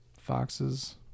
foxes